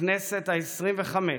הכנסת העשרים-וחמש,